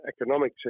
economic